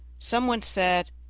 some one said,